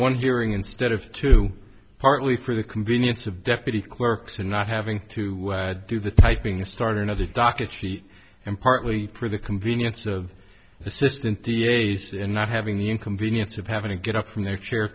one hearing instead of two partly for the convenience of deputy clerks and not having to do the typing start another docket sheet and partly for the convenience of assistant da see and not having the inconvenience of having to get up from their chair